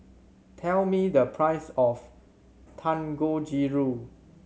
tell me the price of Dangojiru